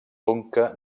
conca